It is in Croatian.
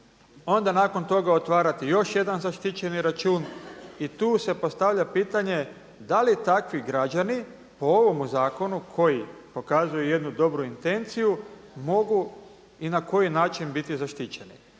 onda nakon toga otvarati još jedan zaštićeni račun? I tu se postavlja pitanje da li takvi građani po ovomu zakonu koji pokazuje jednu dobru intenciju mogu i na koji način biti zaštićeni?